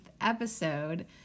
episode